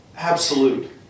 absolute